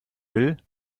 will